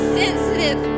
sensitive